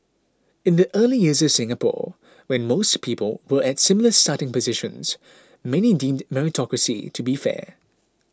in the early years of Singapore when most people were at similar starting positions many deemed meritocracy to be fair